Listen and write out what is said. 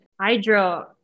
hydro